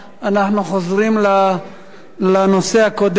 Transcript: אנחנו חוזרים לנושא הקודם.